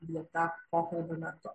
vieta pokalbio metu